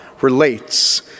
relates